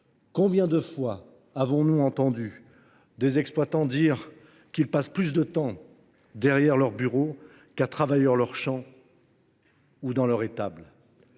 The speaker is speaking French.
Combien de fois avons nous entendu des exploitants se plaindre de passer plus de temps derrière leur bureau qu’à travailler dans leur champ ou dans leur étable ?